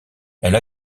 elle